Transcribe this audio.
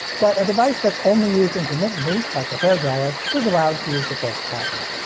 but a device that's only used intermittently, like a hair dryer, is allowed to use the full capacity.